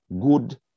Good